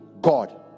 god